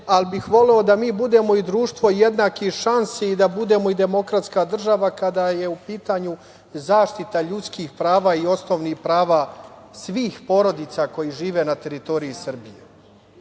ali bih voleo da mi budemo i društvo jednakih šansi i da budemo i demokratska država kada je u pitanju zaštita ljudskih prava i osnovnih prava svih porodica koje žive na teritoriji Srbije.Zašto